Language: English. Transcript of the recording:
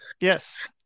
Yes